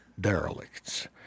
derelicts